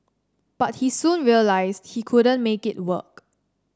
but he soon realised he couldn't make it work